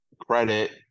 credit